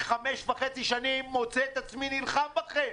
5.5 שנים אני מוצא את עצמי נלחם בכם,